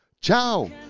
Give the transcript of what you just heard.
ciao